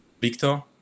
Victor